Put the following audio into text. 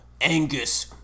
Angus